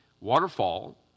waterfall